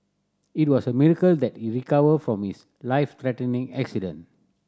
it was a miracle that he recovered from his life threatening accident